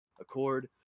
accord